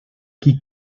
qui